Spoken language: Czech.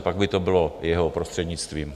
Pak by to bylo jeho prostřednictvím.